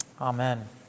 Amen